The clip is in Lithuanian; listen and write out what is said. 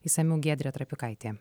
išsamiau giedrė trapikaitė